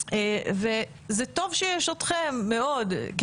זה טוב שיש אתכם, מאוד.